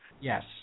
Yes